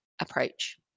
approach